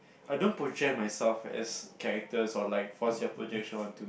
I don't project myself as characters or like force your projection onto